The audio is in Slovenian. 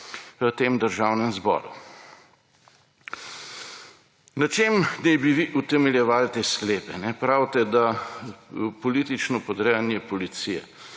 v tem državnem zboru. Na čem naj bi vi utemeljevali te sklepe? Pravite, da politično podrejanje policije.